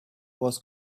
was